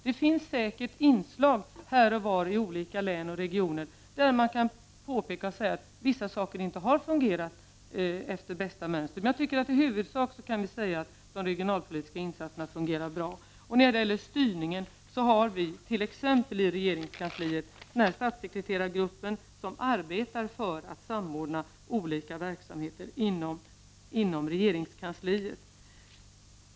Det finns säkert inslag här och var i olika län och regioner som ger anledning till påpekanden om att vissa saker inte har fungerat efter bästa mönster. Men i huvudsak kan vi enligt min mening säga att de regionalpolitiska insatserna fungerar bra. När det gäller styrningen har vi t.ex. i regeringskansliet en statssekreterargrupp som arbetar för att samordna olika verksamheter inom regeringskansliet.